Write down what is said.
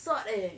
short eh